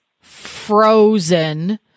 frozen